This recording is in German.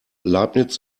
leibniz